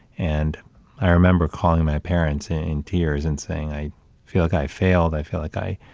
and i remember calling my parents in tears and saying, i feel like i failed. i feel like i,